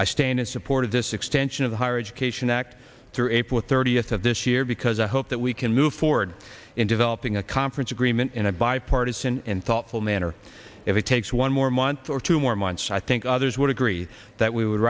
i stand in support of this extension of the higher education act through april thirtieth of this year because i hope that we can move forward in developing a conference agreement in a bipartisan and thoughtful manner if it takes one more month or two more months i think others would agree that we would